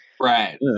Right